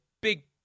big